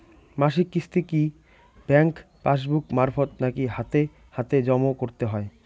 মাসিক কিস্তি কি ব্যাংক পাসবুক মারফত নাকি হাতে হাতেজম করতে হয়?